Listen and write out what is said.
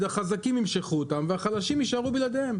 החזקים ימשכו אותם והחלשים יישארו בלעדיהם.